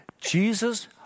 Jesus